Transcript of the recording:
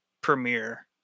premiere